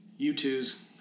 U2's